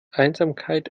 einsamkeit